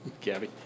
Gabby